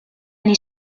anni